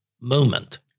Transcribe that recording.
moment